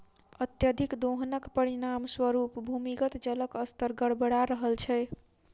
अत्यधिक दोहनक परिणाम स्वरूप भूमिगत जलक स्तर गड़बड़ा रहल छै